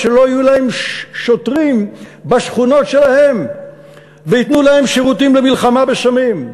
לא יהיו להם שוטרים בשכונות שלהם וייתנו להם שירותים במלחמה בסמים,